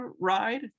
ride